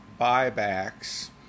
buybacks